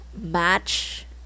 match